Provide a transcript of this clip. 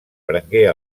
prengué